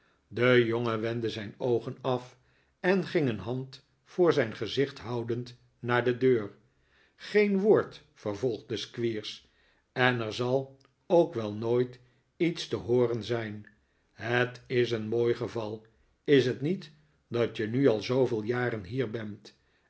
de jongen wendde zijn oogen af en ging een hand voor zijn gezicht houdend naar de deur geen woord vervolgde squeers en er zal ook wel nooit iets te hooren zijn het is een mooi geval is t niet dat je nu al zoo veel jaren hier bent